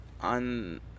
on